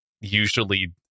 Usually